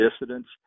dissidents